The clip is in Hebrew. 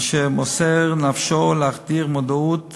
אשר מוסר נפשו להחדיר מודעות